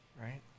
right